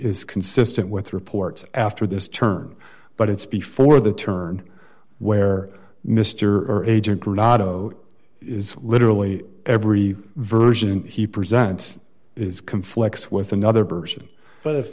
is consistent with reports after this turn but it's before the turn where mr agent granada is literally every version he presents is conflicts with another person but if